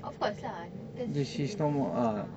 of course lah because she is ah